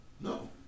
No